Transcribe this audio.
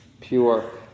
pure